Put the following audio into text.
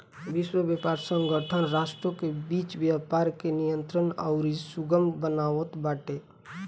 विश्व व्यापार संगठन राष्ट्रों के बीच व्यापार के नियंत्रित अउरी सुगम बनावत बाटे